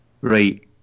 Right